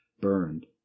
burned